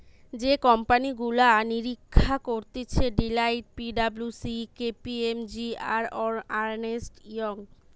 যে কোম্পানি গুলা নিরীক্ষা করতিছে Deloitte, P W C, K P M G, আর আর্নেস্ট ইয়ং